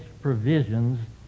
provisions